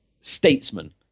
statesman